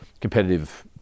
competitive